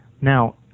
Now